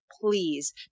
please